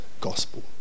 gospel